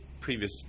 previous